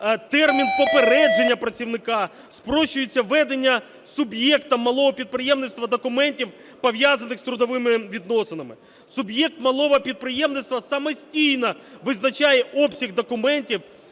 термін попередження працівника, спрощується ведення суб'єктам малого підприємництва документів, пов'язаних з трудовими відносинами. Суб'єкт малого підприємництва самостійно визначає обсяг документів